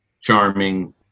charming